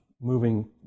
Moving